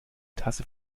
tasse